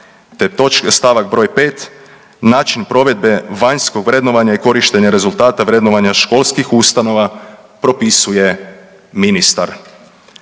st. br. 5. način provedbe vanjskog vrednovanja i korištenja rezultata vrednovanja školskih ustanova propisuje ministar.